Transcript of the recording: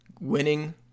winning